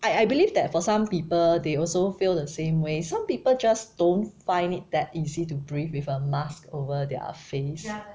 I I believe that for some people they also feel the same way some people just don't find it that easy to breathe with a mask over their face